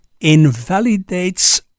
invalidates